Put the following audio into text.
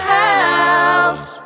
house